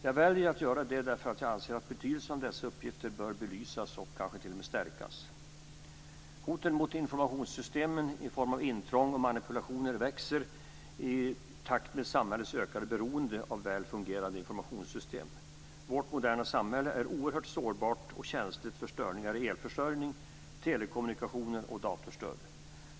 Jag väljer att göra det därför att jag anser att betydelsen av dessa uppgifter bör belysas och kanske t.o.m. stärkas. Hoten mot informationssystemen i form av intrång och manipulationer växer i takt med samhällets ökade beroende av väl fungerande informationssystem. Vårt moderna samhälle är oerhört sårbart och känsligt för störningar i elförsörjning, telekommunikationer och datorstöd.